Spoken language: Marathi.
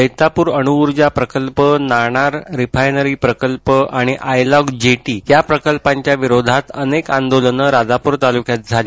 जैतापूर अणुऊर्जा प्रकल्प नाणार रिफायनरी प्रकल्प आणि आयलॉग जेटी प्रकल्पाच्या विरोधात अनेक आंदोलनं राजापुर तालुक्यात झाली